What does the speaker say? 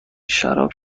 شراب